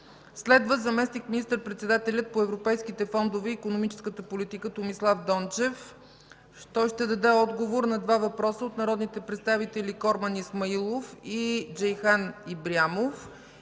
2. Заместник министър-председателят по европейските фондове и икономическата политика Томислав Дончев ще отговори на два въпроса от народните представители Корман Исмаилов, и Джейхан Ибрямов